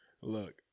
Look